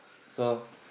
so